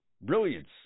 brilliance